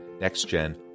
Next-Gen